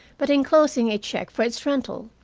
but enclosing a check for its rental,